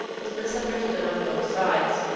was misunderstood on both sides.